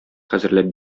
хәзерләп